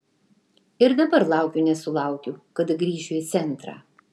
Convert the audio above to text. ir dabar laukiu nesulaukiu kada grįšiu į centrą